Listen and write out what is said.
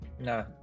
No